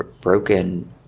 broken